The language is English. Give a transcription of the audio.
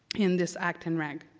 in this act and reg,